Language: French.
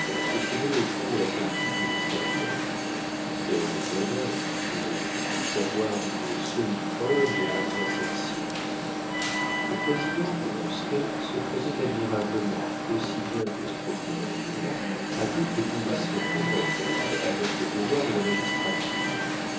se trouvaient au fond de la politique ministérielle quel bonheur pour eux d'avoir une semi preuve de leurs assertions le président du ronceret se prêtait admirablement aussi bien que le procureur du roi à toutes les conditions compatibles avec les devoirs de la magistrature